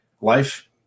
life